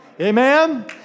Amen